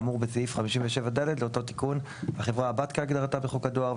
האמור בסעיף 57(ד) לאותו תיקון - החברה הבת כהגדרתה בחוק הדואר,